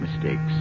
mistakes